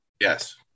Yes